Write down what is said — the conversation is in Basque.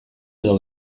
edo